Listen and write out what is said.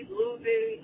losing